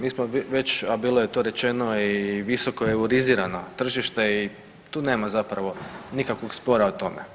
Mi smo već, a bilo je to rečeno i visoko euroizirano tržište i tu nema zapravo nikakvog spora o tome.